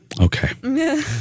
Okay